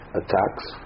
attacks